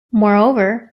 moreover